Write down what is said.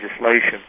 legislation